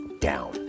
down